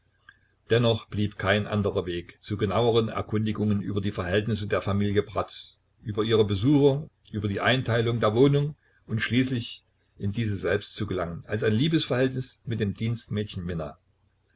dennoch blieb kein anderer weg zu genaueren erkundigungen über die verhältnisse der familie bratz über ihre besucher über die einteilung der wohnung und schließlich in diese selbst zu gelangen als ein liebesverhältnis mit dem dienstmädchen minna